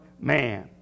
man